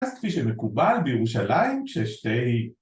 אז כפי שמקובל בירושלים כששתי..